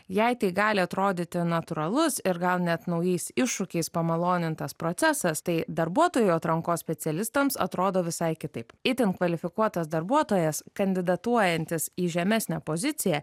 jei tai gali atrodyti natūralus ir gal net naujais iššūkiais pamalonintas procesas tai darbuotojų atrankos specialistams atrodo visai kitaip itin kvalifikuotas darbuotojas kandidatuojantis į žemesnę poziciją